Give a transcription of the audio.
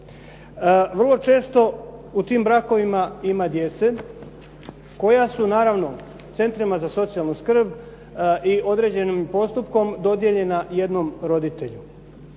Vrlo često u tim brakovima ima djece koja su naravno u centrima za socijalnu skrb, i određenim postupkom dodijeljena jednom roditelju.